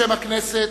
בשם הכנסת,